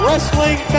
Wrestling